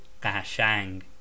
Kashang